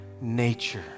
nature